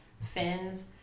fins